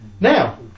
now